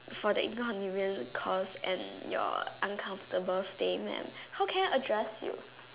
for the inconvenient caused and your uncomfortable stain mam how can I address you